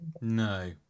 No